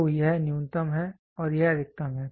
तो यह न्यूनतम है और यह अधिकतम है